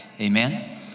amen